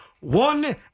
One